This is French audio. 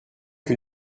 que